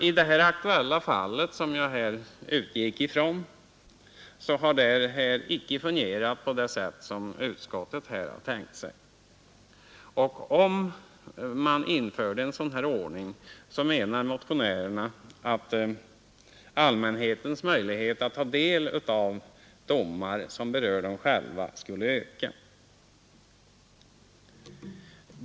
I det fall som jag här utgått ifrån har det emellertid inte fungerat på det sätt som utskottet tänkt sig. Om det däremot infördes en sådan ordning som motionären har föreslagit skulle medborgarnas möjligheter att ta del av domar som berör dem själva öka betydligt.